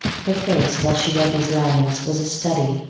her face while she read these lines, was a study,